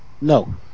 No